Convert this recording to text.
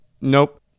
nope